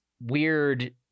weird